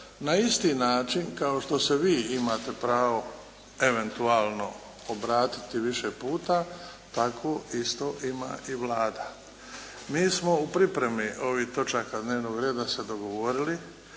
na isti način kao što se vi imate pravo eventualno obratiti više puta, tako isto ima i Vlada. Mi smo u pripremi ovih točaka dnevnog reda se dogovorili